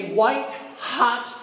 white-hot